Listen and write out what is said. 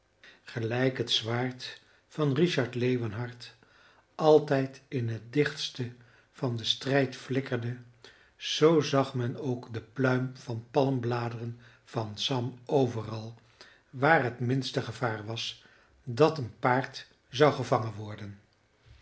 gelijk het zwaard van richard leeuwenhart altijd in het dichtste van den strijd flikkerde zoo zag men ook de pluim van palmbladeren van sam overal waar het minste gevaar was dat een paard zou gevangen worden